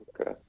Okay